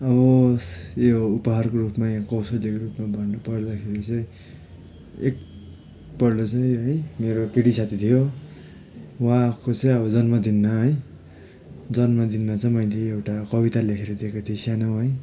अब यो उपहारको रूपमा या कोसेलीको रूपमा भन्नुपर्दाखेरि चाहिँ एकपल्ट चाहिँ है मेरो केटी साथी थियो उहाँको चाहिँ अब जन्मदिनमा है जन्मदिनमा चाहिँ मैले एउटा कविता लेखेर दिएको थिएँ सानोमै